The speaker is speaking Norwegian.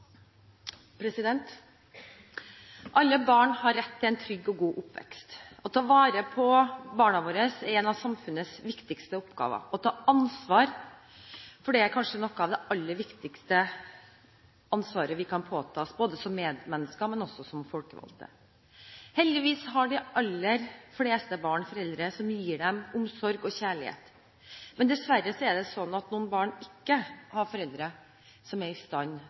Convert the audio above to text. avsluttet. Alle barn har rett til en trygg og god oppvekst. Å ta vare på barna våre er en av samfunnets viktigste oppgaver. Å ta ansvar for det er kanskje noe av det aller viktigste ansvaret vi kan påta oss, både som medmennesker og også som folkevalgte. Heldigvis har de aller fleste barn foreldre som gir dem omsorg og kjærlighet, men dessverre er det sånn at noen barn ikke har foreldre som er i stand